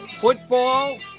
football